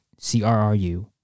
CRRU